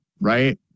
right